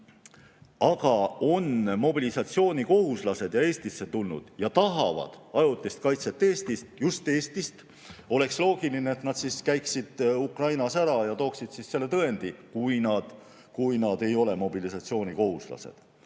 aga on mobilisatsioonikohuslased ja Eestisse tulnud ning tahavad ajutist kaitset just Eestis – oleks loogiline, et nad käiksid Ukrainas ära ja tooksid selle kohta tõendi, kui nad ei ole mobilisatsioonikohuslased.